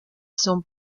son